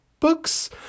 books